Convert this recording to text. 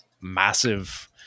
massive